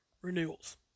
renewals